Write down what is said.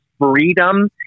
freedom